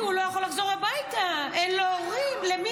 כי הוא לא יכול לחזור הביתה,